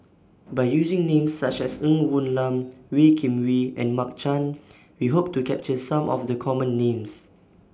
By using Names such as Ng Woon Lam Wee Kim Wee and Mark Chan We Hope to capture Some of The Common Names